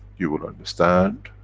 you will understand,